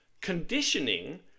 Conditioning